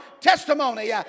testimony